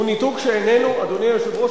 אדוני היושב-ראש,